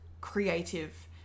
creative